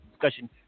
discussion